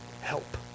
help